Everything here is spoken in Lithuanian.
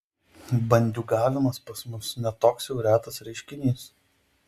bandiūgavimas pas mus ne toks jau retas reiškinys